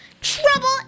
trouble